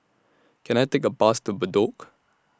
Can I Take A Bus to Bedok